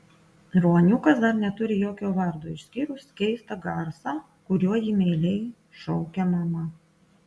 ruoniukas dar neturi jokio vardo išskyrus keistą garsą kuriuo jį meiliai šaukia mama